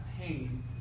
pain